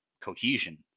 cohesion